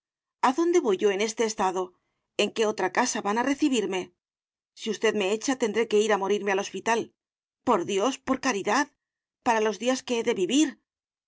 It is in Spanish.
adónde voy yo en este estado en qué otra casa van a recibirme si usted me echa tendré que ir a morirme al hospital por dios por caridad para los días que he de vivir